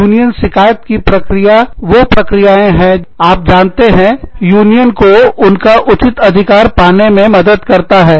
union शिकायत प्रक्रिया है वो प्रक्रियाएं हैं आप जानते हैं यूनियन को उनका उचित अधिकार पाने में मदद करता है